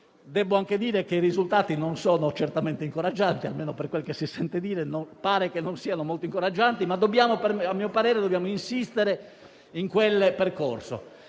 Debbo anche dire che i risultati non sono certamente incoraggianti, almeno per quel che si sente dire; pare che non siano molto incoraggianti, ma a mio parere dobbiamo insistere in quel percorso.